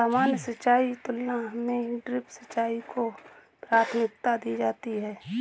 सामान्य सिंचाई की तुलना में ड्रिप सिंचाई को प्राथमिकता दी जाती है